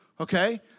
okay